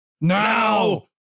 now